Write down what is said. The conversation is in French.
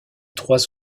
trois